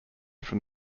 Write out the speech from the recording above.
from